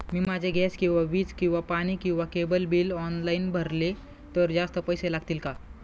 मी माझे गॅस किंवा वीज किंवा पाणी किंवा केबल बिल ऑनलाईन भरले तर जास्त पैसे लागतील का?